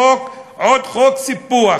עוד חוק סיפוח,